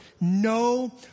No